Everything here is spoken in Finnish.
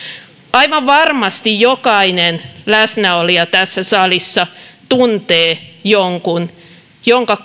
aivan varmasti jokainen läsnäolija tässä salissa tuntee jonkun jonka